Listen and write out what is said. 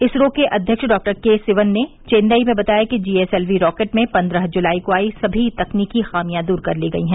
इसरो के अध्यक्ष डाक्टर के सिवन ने चेन्नई में बताया कि जीएसएलवी रॉकेट में पन्द्रह जुलाई को आई सभी तकनीकी खामियां दूर कर ली गई हैं